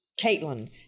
Caitlin